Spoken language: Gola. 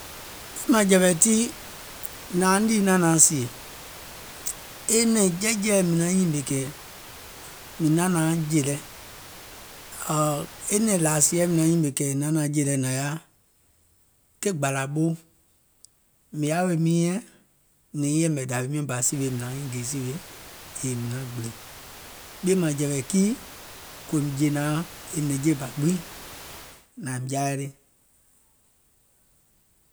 Ɓìèmȧŋjɛ̀wɛ̀ tii, nȧȧŋ nìì naŋ nȧaŋ sìè, e nɛ̀ŋ jiɛ̀jiɛ̀ɛ mìŋ nyìmè kɛ̀ mìŋ naŋ nȧaŋ jè lɛ, ɔ̀ɔ̀ e nɛ̀ŋ lȧȧsìɛ mìŋ nyìmè kɛ̀ è naŋ nȧaŋ jè lɛ naŋ yaȧ ke gbàlà ɓou, mìŋ yaȧ weè miinyɛŋ mìŋ naŋ nyiŋ yɛ̀mɛ̀ dàwi miɔ̀ŋ bà sìwè yèè mìŋ nauŋ nyiŋ gè sìwè mìŋ naŋ gbìlè, ɓìèmȧŋjɛ̀wɛ̀ kii, kòòìm jè nȧaŋ è nɛ̀ŋje bȧ gbiŋ nȧȧìm jaa yɛi le.